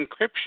encryption